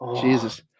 Jesus